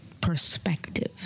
perspective